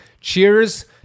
cheers